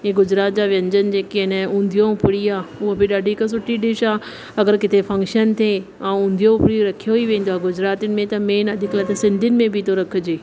इहे गुजरात जा व्यंजन जेके आहिनि उंधियो पूरी आहे उहा बि ॾाढी हिकु सुठी डिश आहे अगरि किथे फंक्शन थिए ऐं उंधियो पूरी रखियो ई वेंदो आहे गुजरातियुनि में त मेन आहे अॼुकल्ह त सिंधियुनि में बि थो रखजे